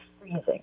freezing